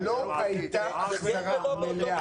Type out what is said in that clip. אבל לא הייתה החזרה מלאה.